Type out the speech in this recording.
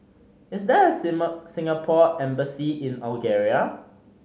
is there a Singapore Embassy in Algeria